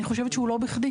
אני חושבת שהוא לא בכדי.